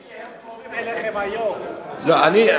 כי הם קרובים אליכם היום, אני,